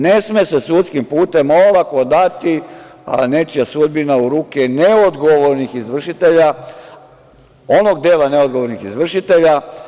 Ne sme se sudskim putem olako dati, a nečija sudbina u ruke neodgovornih izvršitelja, onog dela neodgovornih izvršitelja.